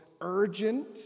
urgent